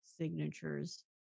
signatures